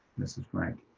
ms. frank,